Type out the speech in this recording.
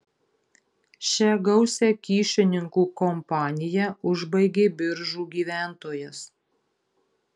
šią gausią kyšininkų kompaniją užbaigė biržų gyventojas